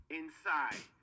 inside